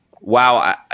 Wow